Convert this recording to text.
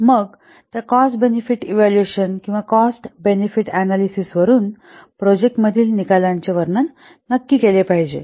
तर मग त्या कॉस्ट बेनिफिट इव्हॅल्युएशन किंवा कॉस्ट बेनिफिट अनॅलिसिस वरून प्रोजेक्ट मधील निकालाचे वर्णन नक्की केले पाहिजे